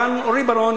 רוני בר-און,